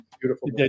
Beautiful